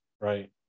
right